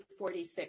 46